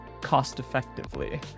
cost-effectively